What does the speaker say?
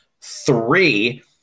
Three